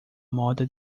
moda